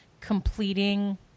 completing